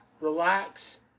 relax